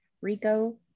rico